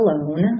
alone